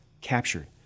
captured